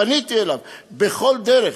פניתי אליו בכל דרך,